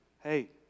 Hey